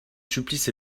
supplice